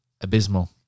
abysmal